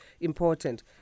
important